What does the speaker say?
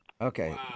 Okay